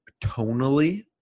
tonally